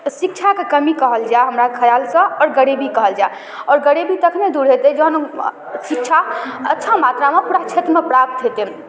शिक्षाके कमी कहल जाए हमरा खिआलसँ आओर गरीबी कहल जाए आओर गरीबी तखने दूर हेतै जहन हम शिक्षा अच्छा मात्रामे पूरा क्षेत्रमे प्राप्त हेतै